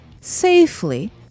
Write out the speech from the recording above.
safely